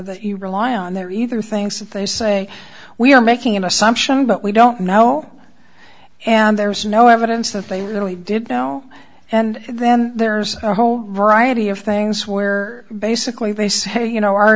that you rely on they're either things that they say we i'm making an assumption but we don't know and there's no evidence that they really did know and then there's a whole variety of things where basically they say you know our